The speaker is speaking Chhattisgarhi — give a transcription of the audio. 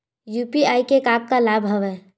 यू.पी.आई के का का लाभ हवय?